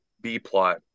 B-plot